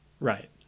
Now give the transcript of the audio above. right